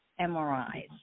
MRIs